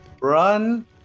run